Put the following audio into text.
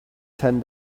ten